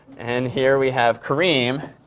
and here we have kareem,